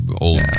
old